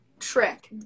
trick